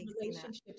Relationships